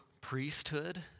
priesthood